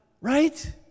right